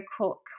cook